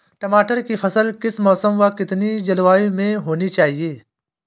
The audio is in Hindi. टमाटर की फसल किस मौसम व कितनी जलवायु में होनी चाहिए?